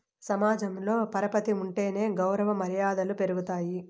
సమాజంలో పరపతి ఉంటేనే గౌరవ మర్యాదలు పెరుగుతాయి